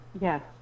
Yes